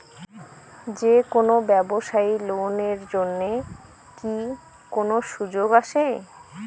যে কোনো ব্যবসায়ী লোন এর জন্যে কি কোনো সুযোগ আসে?